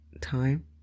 time